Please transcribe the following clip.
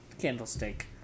candlestick